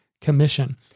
commission